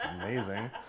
Amazing